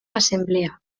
assemblea